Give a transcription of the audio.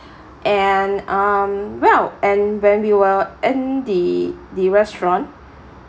and um well and when we were in the the restaurant